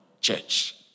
church